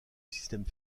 système